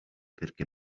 perché